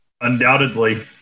Undoubtedly